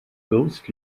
ghost